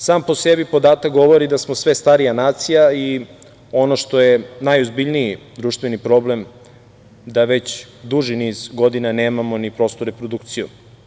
Sam po sebi podatak govori da smo sve starija nacija i ono što je najozbiljniji društveni problem jeste da već duži niz godina nemamo ni prostu reprodukciju.